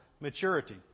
maturity